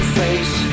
face